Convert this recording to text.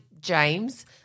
James